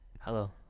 Hello